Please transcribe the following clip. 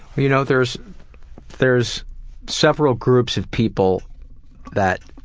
but you know there's there's several groups of people that